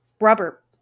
rubber